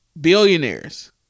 Billionaires